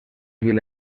vil